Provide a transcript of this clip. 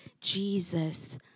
Jesus